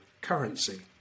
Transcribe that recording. currency